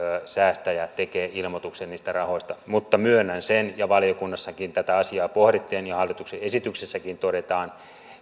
säästäjä tekee ilmoituksen niistä rahoista mutta myönnän sen ja valiokunnassakin tätä asiaa pohdittiin ja hallituksen esityksessäkin todetaan